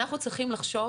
אנחנו צריכים לחשוב